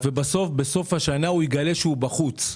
ובסוף השנה יגלה שהוא בחוץ.